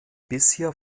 bisher